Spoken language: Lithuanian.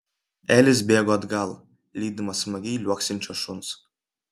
elis bėgo atgal lydimas smagiai liuoksinčio šuns